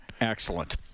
Excellent